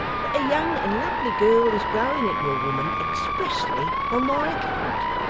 that a young and lovely girl is growing into a woman expressly on my account,